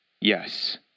Yes